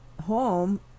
home